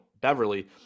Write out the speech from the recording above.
Beverly